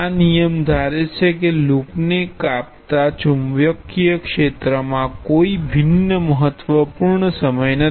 આ નિયમ ધારે છે કે લૂપને કાપતા ચુંબકીય ક્ષેત્રમાં કોઈ ભિન્ન મહત્વપૂર્ણ સમય નથી